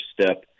step